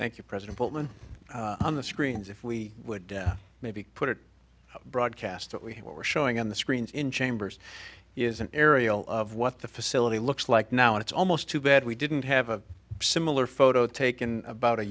thank you president but when on the screen if we would maybe put it broadcast that we were showing on the screens in chambers is an aerial of what the facility looks like now it's almost too bad we didn't have a similar photo taken about a